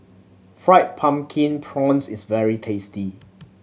Fried Pumpkin Prawns is very tasty